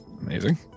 Amazing